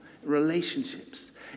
relationships